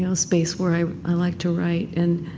yeah space where i i like to write, and